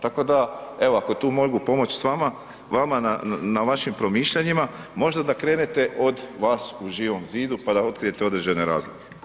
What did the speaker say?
Tako da evo ako tu mogu pomoći s vama, vama na vašim promišljanjima možda da krenete od vas u Živom zidu pa da otkrijete određene razlike.